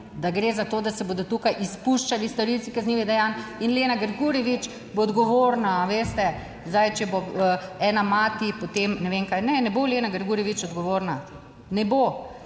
da gre za to, da se bodo tukaj izpuščali storilci kaznivih dejanj. In Lena Grgurevič bo odgovorna, a veste, zdaj, če bo ena mati, potem ne vem kaj. Ne bo Lena Grgurevič odgovorna, ne bo,